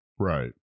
Right